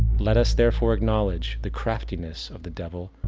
let us therefore acknowledge the craftiness of the devil,